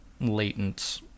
latent